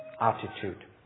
attitude